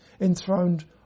enthroned